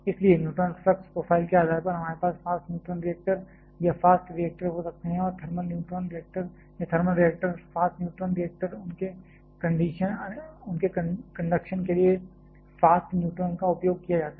इसलिए neutron flux profile के आधार पर हमारे पास फास्ट न्यूट्रॉन रिएक्टर या फास्ट रिएक्टर हो सकते हैं और थर्मल न्यूट्रॉन रिएक्टर या thermal reactor fast neutron reactor उनके कंडक्शन के लिए फास्ट न्यूट्रॉन का उपयोग किया जाता है